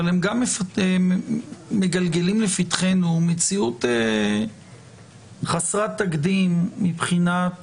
אבל הם גם מגלגלים לפתחנו מציאות חסרת תקדים מבחינת